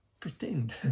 pretend